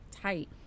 tight